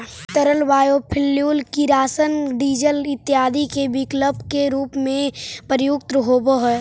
तरल बायोफ्यूल किरासन, डीजल इत्यादि के विकल्प के रूप में प्रयुक्त होवऽ हई